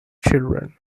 children